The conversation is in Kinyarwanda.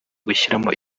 gushyiramo